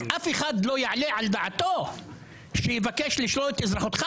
אף אחד לא יעלה על דעתו שיבקש לשלול את אזרחותך,